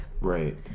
Right